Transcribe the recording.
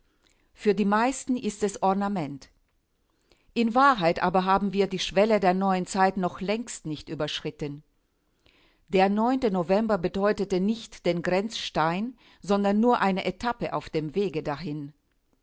für die meisten ist es ornament in wahrheit aber haben wir die schwelle der neuen zeit noch längst nicht überschritten der november bedeutete nicht den grenzstein sondern nur eine etappe auf dem wege dahin